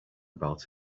about